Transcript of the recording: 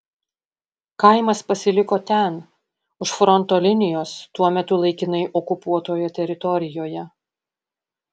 kaimas pasiliko ten už fronto linijos tuo metu laikinai okupuotoje teritorijoje